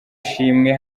shimwe